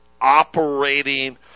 operating